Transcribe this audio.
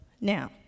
Now